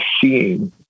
seeing